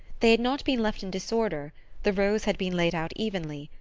they had not been left in disorder the rows had been laid out evenly,